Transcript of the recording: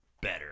better